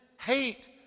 hate